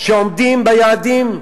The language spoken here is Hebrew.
שעומדים ביעדים,